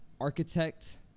Architect